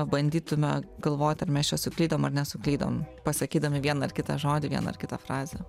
bandytume galvoti ar mes čia suklydom ar nesuklydom pasakydami vieną ar kitą žodį vieną ar kitą frazę